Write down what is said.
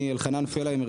אני אלחנן פלהיימר,